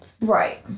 Right